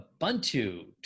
Ubuntu